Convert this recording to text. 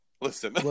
Listen